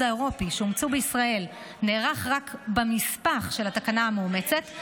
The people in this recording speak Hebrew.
האירופי שאומצו בישראל נערך רק בנספח של התקנה המאומצת,